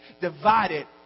divided